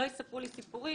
לא יספרו לי סיפורים,